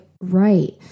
Right